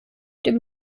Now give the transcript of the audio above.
dem